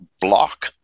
block